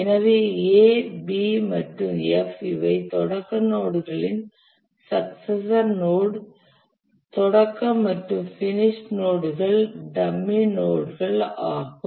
எனவே A B மற்றும் F இவை தொடக்க நோட் ன் சக்சசர் நோட் தொடக்க மற்றும் ஃபினிஷ் நோட் கள் டம்மி நோட் கள் ஆகும்